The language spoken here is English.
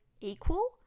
equal